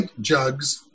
jugs